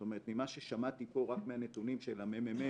זאת אומרת, ממה ששמעתי פה רק מהנתונים של הממ"מ,